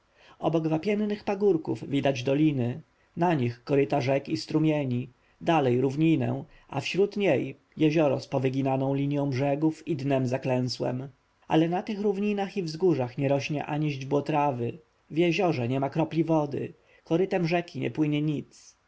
obok wapiennych pagórków widać doliny na nich koryta rzek i strumieni dalej równinę a wśród niej jezioro z powyginaną linją brzegów i dnem zaklęsłem ale na tych równinach i wzgórzach nie rośnie ani źdźbło trawy w jeziorze niema kropli wody korytem rzeki nie płynie